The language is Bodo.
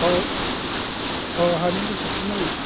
बाव बाव हानि रसिदखौ नांगोन